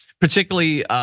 particularly